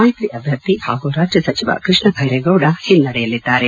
ಮೈತಿ ಅಭ್ಯರ್ಥಿ ಹಾಗೂ ರಾಜ್ಯ ಸಚಿವ ಕೃಷ್ಣದೈರೇಗೌಡ ಹಿನ್ನಡೆಯಲ್ಲಿದ್ದಾರೆ